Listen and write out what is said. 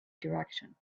direction